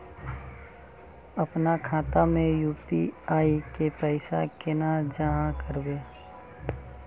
अपना खाता में यू.पी.आई के पैसा केना जाहा करबे?